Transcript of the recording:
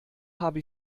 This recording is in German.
habe